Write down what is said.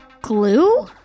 Glue